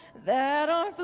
that our